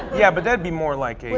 yeah but that'd be more like a